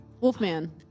Wolfman